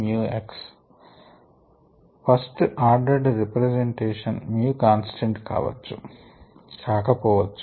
rxμx first order representation constant కావచ్చు కాక పోవచ్చు